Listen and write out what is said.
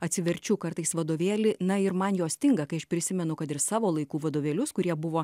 atsiverčiu kartais vadovėlį na ir man jos stinga kai aš prisimenu kad ir savo laikų vadovėlius kurie buvo